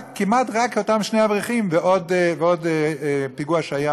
כמעט רק אותם שני אברכים ועוד פיגוע שהיה